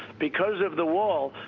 because of the wall,